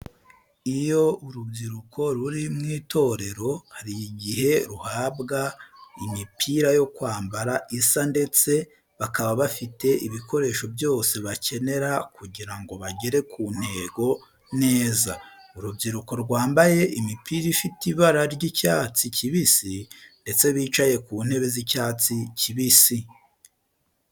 Iyo urubyiruko ruri mu itorero hari igihe ruhabwa imipira yo kwambara isa ndetse bakaba bafite ibikoresho byose bakenera kugirango bagere ku ntego neza. Urubyiruko rwambaye imipira ifite ibara ry'icyatsi kibisi ndetse bicaye ku ntebe z'icyatsi kibisi.